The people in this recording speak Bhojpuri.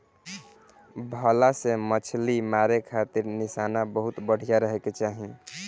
भला से मछली मारे खातिर निशाना बहुते बढ़िया रहे के चाही